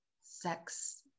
sex